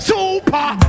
Super